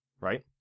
right